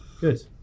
Good